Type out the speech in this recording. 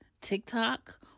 TikTok